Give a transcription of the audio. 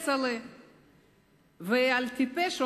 קצל'ה,/ ועל טיפש אומרים"